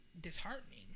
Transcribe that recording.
disheartening